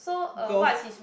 go